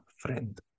friend